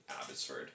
Abbotsford